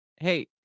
hey